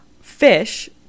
fish